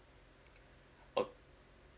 okay